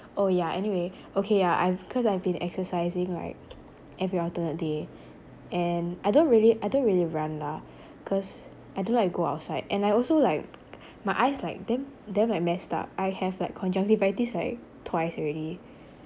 oh yeah anyway okay yah I've cause I've been exercising like every alternate day and I don't really I don't really run lah cause I don't like to go outside and I also like my eyes like damn damn like messed up I have like conjunctivitis like twice already